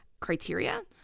criteria